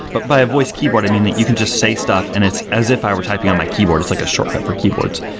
but by a voice keyboard, i mean, that you can just say stuff and as if i were typing on my keyboard, it's like a shortcut for keyboards.